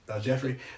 Jeffrey